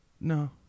No